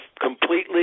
completely